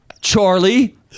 Charlie